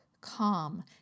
calm